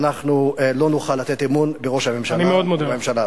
אנחנו לא נוכל לתת אמון בראש הממשלה ובממשלה הזאת.